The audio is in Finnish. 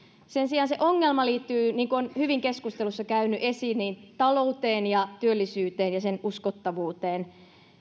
sen sijaan se ongelma liittyy niin kuin on hyvin keskusteluissa käynyt esiin talouteen ja työllisyyteen ja sen uskottavuuteen